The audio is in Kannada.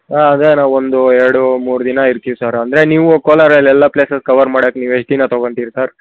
ಹಾಂ ಅದೆ ನಾವು ಒಂದು ಎರಡು ಮೂರು ದಿನ ಇರ್ತಿವಿ ಸರ್ ಅಂದರೆ ನೀವು ಕೋಲಾರಲ್ಲಿ ಎಲ್ಲ ಪ್ಲೇಸಸ್ ಕವರ್ ಮಾಡಾಕೆ ನೀವು ಎಷ್ಟು ದಿನ ತಗೊತಿರಿ ಸರ್